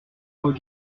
vos